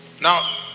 Now